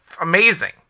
amazing